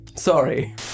sorry